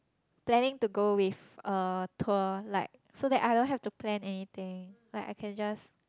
planning to go with a tour like so that I don't have to plan anything like I can just